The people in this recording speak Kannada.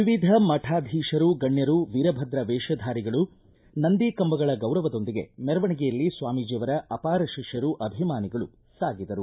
ವಿವಿಧ ಮಠಾಧೀಶರು ಗಣ್ಯರು ವೀರಭದ್ರ ವೇಷಧಾರಿಗಳು ನಂದಿ ಕಂಬಗಳ ಗೌರವದೊಂದಿಗೆ ಮೆರವಣಿಗೆಯಲ್ಲಿ ಸ್ವಾಮೀಜಿಯವರ ಅಪಾರ ಶಿಷ್ಕರು ಅಭಿಮಾನಿಗಳು ಸಾಗಿದರು